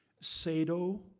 Sado